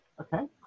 Okay